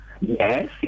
Yes